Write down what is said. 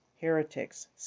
heretics